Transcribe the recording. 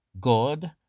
God